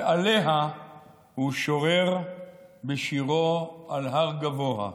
ועליה הוא שורר בשירו "על הר גבוה":